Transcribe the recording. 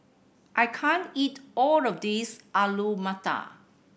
I can't eat all of this Alu Matar